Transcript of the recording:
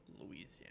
Louisiana